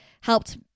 helped